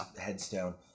headstone